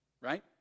right